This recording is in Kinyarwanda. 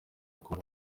kubona